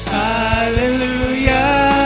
hallelujah